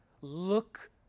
Look